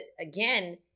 again